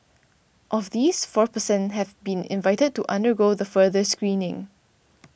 of these four per cent have been invited to undergo the further screening